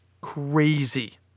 crazy